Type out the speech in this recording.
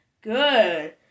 Good